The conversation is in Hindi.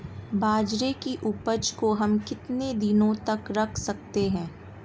बाजरे की उपज को हम कितने दिनों तक रख सकते हैं?